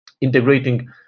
integrating